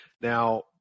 Now